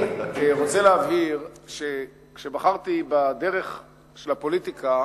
אני רוצה להבהיר שכשבחרתי בדרך של הפוליטיקה,